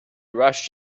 rushed